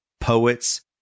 poets